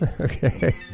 Okay